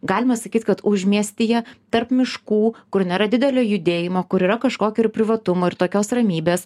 galima sakyt kad užmiestyje tarp miškų kur nėra didelio judėjimo kur yra kažkokio ir privatumo ir tokios ramybės